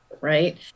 right